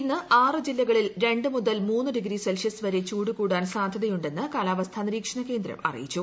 ഇന്ന് ആറ് ജില്ലകളിൽ രണ്ട് മുതൽ മൂന്ന് ക്ലിൾ സെൽഷ്യസ് വരെ ചൂട് കൂടാൻ സാധൃതയുണ്ടെന്ന് കാല്ാവസ്ഥാ നിരീക്ഷണ കേന്ദ്രം അറിയിച്ചു